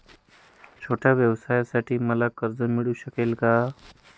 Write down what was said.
छोट्या व्यवसायासाठी मला कर्ज मिळू शकेल का?